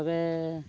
ᱛᱚᱵᱮ